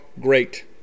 great